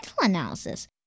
analysis